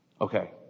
Okay